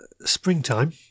springtime